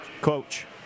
Coach